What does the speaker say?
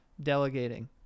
delegating